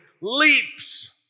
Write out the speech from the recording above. leaps